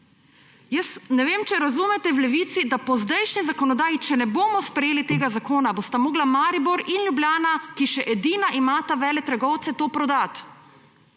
Jaz ne vem, če razumete v Levici, da po zdajšnji zakonodaji, če ne bomo sprejeli tega zakona, bosta morala Maribor in Ljubljana, ki še edina imata veletrgovce, to prodati.